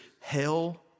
hell